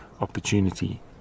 opportunity